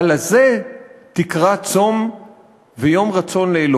הלזה תקרא צום ויום רצון לה'.